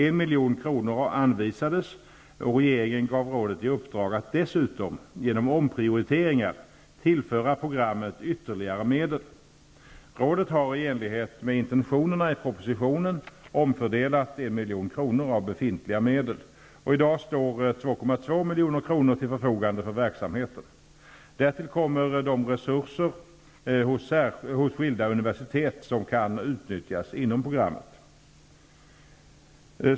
1 milj.kr. anvisades och regeringen gav rådet i uppdrag att dessutom genom omprioriteringar tillföra programmet ytterligare medel. Rådet har i enlighet med intentionerna i propositionen omfördelat 1 milj.kr. av befintliga medel. I dag står 2,2 milj.kr. till förfogande för verksamheten. Därtill kommer de resurser hos skilda universitet som kan utnyttjas inom programmet.